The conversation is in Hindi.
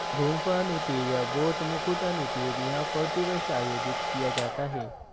गुम्फा नृत्य बौद्ध मुखौटा नृत्य भी यहाँ प्रतिवर्ष आयोजित किया जाता है